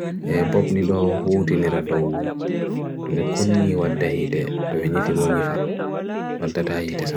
Ko hite ngam bulbjiɗe?